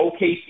OKC